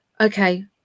Okay